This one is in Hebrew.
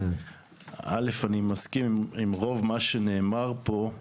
אני מסכים עם רוב מה שנאמר פה.